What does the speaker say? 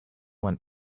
one